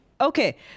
okay